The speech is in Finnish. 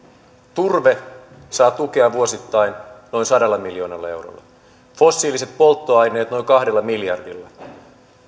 turve saa tukea vuosittain noin sadalla miljoonalla eurolla fossiiliset polttoaineet noin kahdella miljardilla